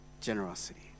generosity